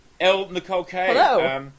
L-Nicole-K